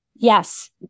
Yes